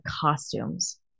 costumes